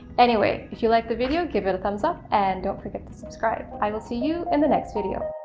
anyway if you liked the video give it a thumbs up and don't forget to subscribe. i will see you in the next video!